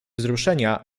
wzruszenia